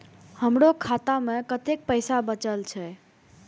हमरो खाता में कतेक पैसा बचल छे?